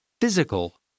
Physical